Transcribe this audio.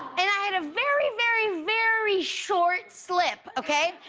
and i had a very, very, very short slip, okay.